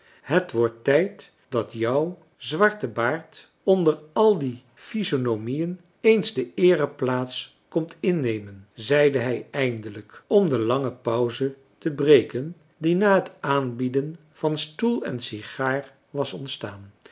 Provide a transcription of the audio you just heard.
het wordt tijd dat jou zwarte baard onder al die physionomieën eens de eereplaats komt innemen zeide hij eindelijk om de lange pauze te breken die na het aanbieden van stoel en sigaar was ontstaan